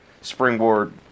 springboard